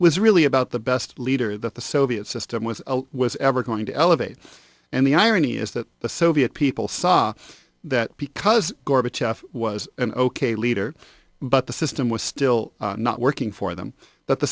was really about the best leader that the soviet system was was ever going to elevate and the irony is that the soviet people saw that because gorbachev was an ok leader but the system was still not working for them that the